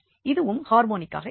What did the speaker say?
இதுவும் ஹார்மோனிக்காக இருக்கும்